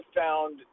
found